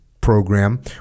program